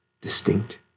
distinct